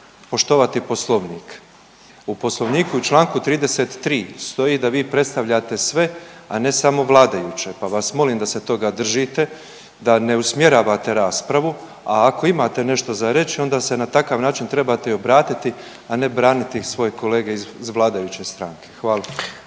poštovati Poslovnik. U Poslovniku čl. 33 stoji da vi predstavljate sve, a ne samo vladajuće pa vas molim da se toga držite, da ne usmjeravate raspravu, a ako imate nešto za reći, onda se na takav način i trebate obratiti, a ne bratiti svoje kolege iz vladajuće stranke. Hvala.